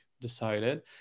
decided